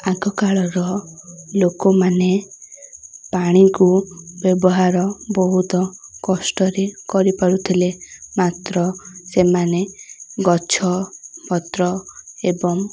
ଆଗକାଳର ଲୋକମାନେ ପାଣିକୁ ବ୍ୟବହାର ବହୁତ କଷ୍ଟରେ କରିପାରୁଥିଲେ ମାତ୍ର ସେମାନେ ଗଛ ପତ୍ର ଏବଂ